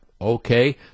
okay